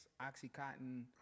Oxycontin